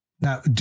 Now